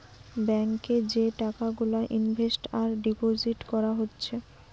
bank এ যে টাকা গুলা ইনভেস্ট আর ডিপোজিট কোরা হচ্ছে